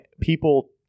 people